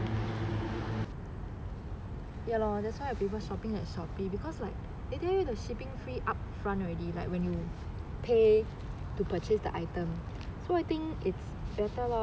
ya lor that's why I prefer shopping at shopee because like they tell you the shipping free upfront already like when you pay to purchase the item so I think it's better lah